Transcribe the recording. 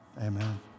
Amen